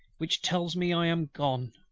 which tells me i am gone.